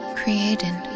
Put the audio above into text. created